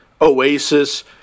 Oasis